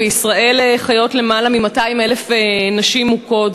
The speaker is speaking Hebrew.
בישראל חיות למעלה מ-200,000 נשים מוכות,